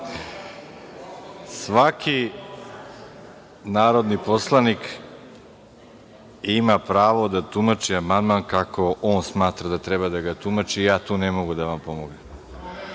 svaki narodni poslanik ima pravo da tumači amandman kako on smatra da treba da ga tumači i ja tu ne mogu da vam pomognem.